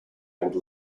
and